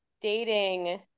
dating